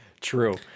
true